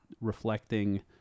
reflecting